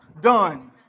Done